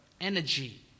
energy